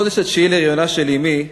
בחודש התשיעי להריונה של אמי,